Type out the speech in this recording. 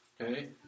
okay